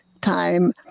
time